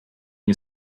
nie